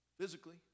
physically